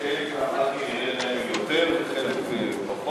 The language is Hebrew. שחלק מהח"כים ירד להם יותר וחלק פחות?